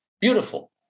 Beautiful